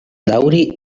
daŭri